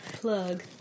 Plug